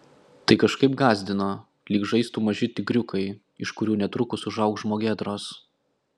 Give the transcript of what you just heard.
tai kažkaip gąsdino lyg žaistų maži tigriukai iš kurių netrukus užaugs žmogėdros